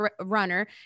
runner